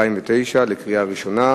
התקבלה בקריאה ראשונה.